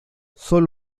son